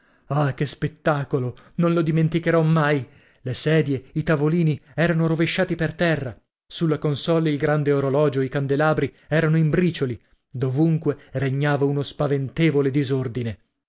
ah che spettacolo non lo dimenticherò mai le sedie i tavolini erano rovesciati per terra sulla consolle il grande orologio i candelabri erano in bricioli dovunque regnava uno spaventevole disordine